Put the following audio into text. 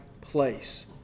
place